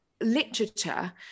literature